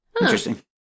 Interesting